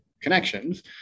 connections